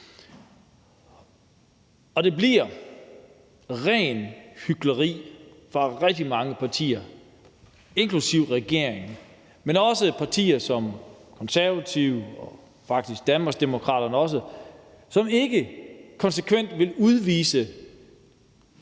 Det bliver rent hykleri fra rigtig mange partiers side, inklusive regeringen, men også partier som Konservative og Danmarksdemokraterne, som ikke vil udvise